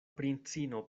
princino